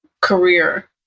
career